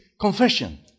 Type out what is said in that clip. confession